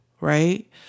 right